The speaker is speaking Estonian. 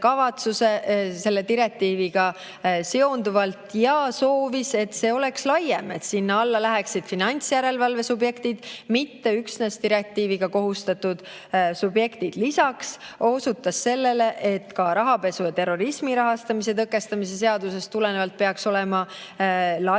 selle direktiiviga seonduvalt ja soovis, et see oleks laiem, et sinna alla läheksid finantsjärelevalve subjektid, mitte üksnes direktiiviga kohustatud subjektid. Lisaks osutas ta sellele, et ka rahapesu ja terrorismi rahastamise tõkestamise seadusest tulenevalt peaks olema laiem